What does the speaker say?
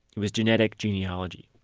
it was genetic genealogy